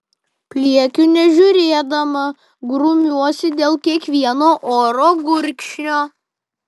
pliekiu nežiūrėdama grumiuosi dėl kiekvieno oro gurkšnio